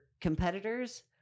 competitors